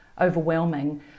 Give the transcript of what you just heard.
overwhelming